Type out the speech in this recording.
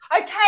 okay